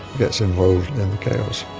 gets involved in the chaos.